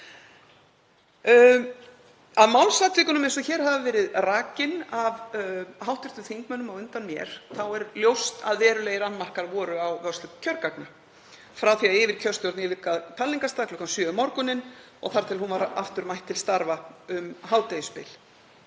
Af málsatvikum, eins og hér hafa verið rakin af hv. þingmönnum á undan mér, er ljóst að verulegir annmarkar voru á vörslu kjörgagna frá því að yfirkjörstjórn yfirgaf talningarstað klukkan sjö um morguninn og þar til hún var aftur mætt til starfa um hádegisbil.